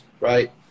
right